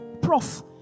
Prof